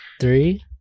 three